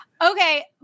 Okay